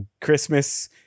Christmas